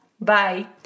Bye